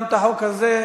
גם את החוק הזה,